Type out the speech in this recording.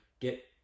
get